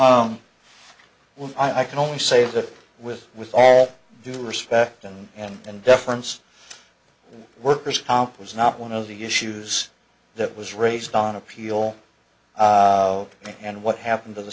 rather well i can only save that with with all due respect and and and deference worker's comp was not one of the issues that was raised on appeal and what happened to the